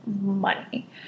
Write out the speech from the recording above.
money